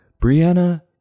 Brianna